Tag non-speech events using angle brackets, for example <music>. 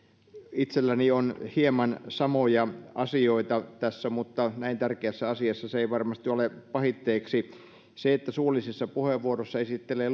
itselläni on hieman samoja asioita tässä mutta näin tärkeässä asiassa se ei varmasti ole pahitteeksi se että suullisessa puheenvuorossa esittelee <unintelligible>